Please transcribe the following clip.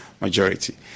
majority